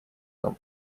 нам